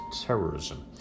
terrorism